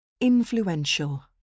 Influential